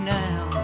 now